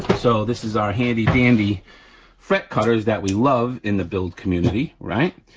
so this is our handy dandy fret cutters that we love in the build community, right,